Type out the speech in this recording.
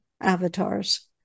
avatars